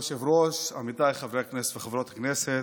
כבוד היושב-ראש, עמיתיי חברי הכנסת וחברות הכנסת,